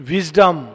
Wisdom